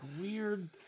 weird